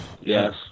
Yes